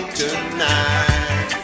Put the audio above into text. tonight